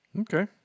okay